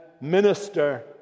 minister